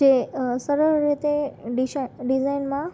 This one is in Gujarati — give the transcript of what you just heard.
જે સરળ રીતે ડિશા ડિઝાઈનમાં